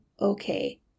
okay